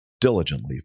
Diligently